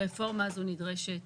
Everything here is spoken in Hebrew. הרפורמה הזאת נדרשת,